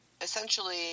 essentially